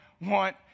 want